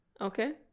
okay